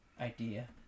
idea